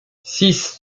six